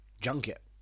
junket